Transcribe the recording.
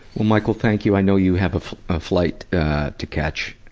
michael, thank you. i know you have a fl, a flight to catch.